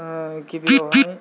गिबि गिबियावहाय